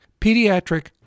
Pediatric